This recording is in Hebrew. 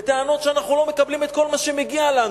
וטענות ש"אנחנו לא מקבלים את כל את מה שמגיע לנו".